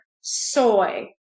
soy